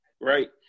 right